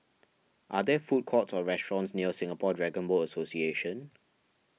are there food courts or restaurants near Singapore Dragon Boat Association